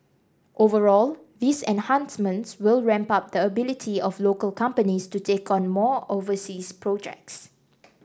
overall these enhancements will ramp up the ability of local companies to take on more overseas projects